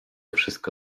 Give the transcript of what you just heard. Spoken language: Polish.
wszystko